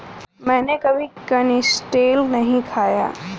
मैंने कभी कनिस्टेल नहीं खाया है